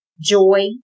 joy